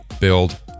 build